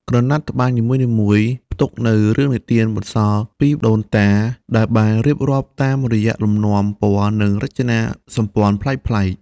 ក្រណាត់ត្បាញនីមួយៗផ្ទុកនូវរឿងនិទានបន្សល់ពីដូនតា ដែលបានរៀបរាប់តាមរយៈលំនាំ ពណ៌ និងរចនាសម្ព័ន្ធប្លែកៗ។